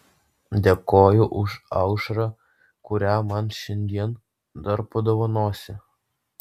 dėkoju už aušrą kurią man šiandien dar padovanosi